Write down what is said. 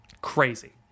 crazy